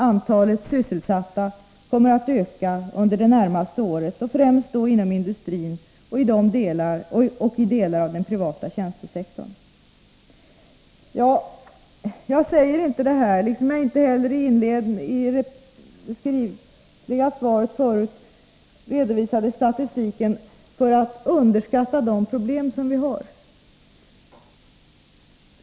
Antalet sysselsatta kommer att öka under det närmaste året och främst då inom industrin och i delar av den privata tjänstesektorn.” Jag säger inte detta — och inte heller det som jag sade i det inledande svaret när det gäller statistiken — därför att jag underskattar våra problem.